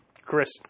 Chris